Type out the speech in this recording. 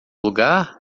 lugar